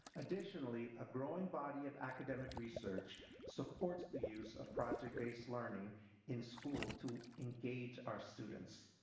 additionally, a growing body of academic research supports the use of project-based learning in school to engage our students,